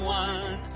one